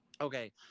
Okay